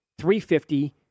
350